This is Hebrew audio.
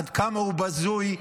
עד כמה הוא בזוי,